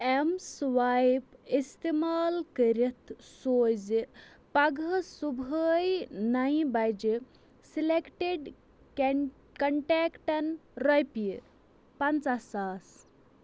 M swipe اِستعمال کٔرِتھ سوٗزِ پگاہ صُبحٲے نَیہِ بجہِ سِلیکٹِڈ کٮ۪ن کنٹیکٹَن رۄپیہِ پنٛژاہ ساس